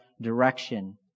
direction